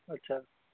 अच्छा